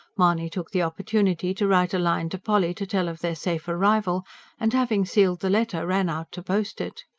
mahony took the opportunity to write a line to polly to tell of their safe arrival and having sealed the letter, ran out to post it.